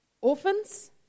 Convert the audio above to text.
orphans